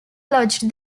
lodged